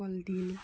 কলডিল